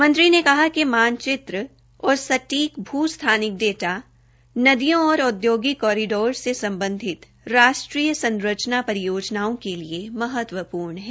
मंत्री ने कहा कि मानचित्र और सटीक भू स्थानिक डाटा नदियो और औद्योगिकी कोरिडोर से सम्बधित राष्ट्रीय संरचना परियोजनाओं के लिए महत्वपूर्ण है